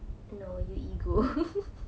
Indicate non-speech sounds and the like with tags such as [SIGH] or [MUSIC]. no you are ego [LAUGHS]